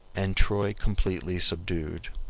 and troy completely subdued.